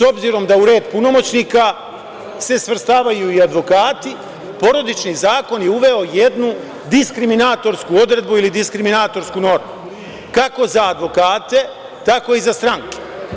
S obzirom da u red punomoćnika se svrstavaju i advokati Porodični zakon je uveo jednu diskriminatorsku odredbu ili diskriminatorsku normu kako za advokate tako i za stranke.